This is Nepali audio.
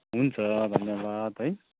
हुन्छ धन्यवाद है